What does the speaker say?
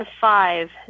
five